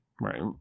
Right